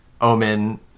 Omen